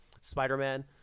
Spider-Man